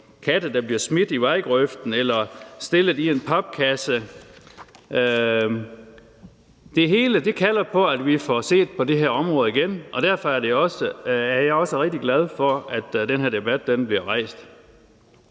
katte, der bliver smidt i vejgrøften eller stillet i en papkasse. Det hele kalder på, at vi får set på det her område igen, og derfor er jeg også rigtig glad for, at den her debat bliver rejst.